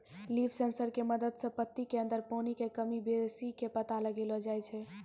leaf sensor के मदद सॅ पत्ती के अंदर पानी के कमी बेसी के पता लगैलो जाय छै